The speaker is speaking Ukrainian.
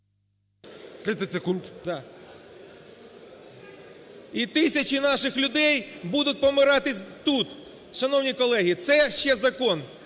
І тисячі наших людей будуть помирати тут. Шановні колеги, це ще закон